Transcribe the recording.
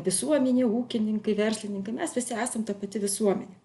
visuomenė ūkininkai verslininkai tai mes visi esam ta pati visuomenė